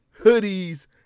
hoodies